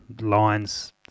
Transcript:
lines